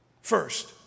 first